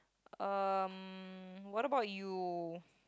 um what about you